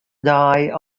dei